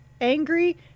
angry